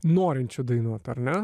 norinčių dainuoti ar ne